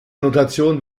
notation